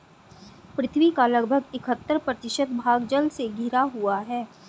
पृथ्वी का लगभग इकहत्तर प्रतिशत भाग जल से घिरा हुआ है